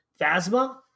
phasma